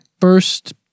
first